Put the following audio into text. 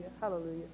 Hallelujah